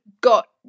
got